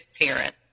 parent